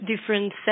different